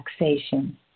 relaxation